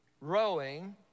rowing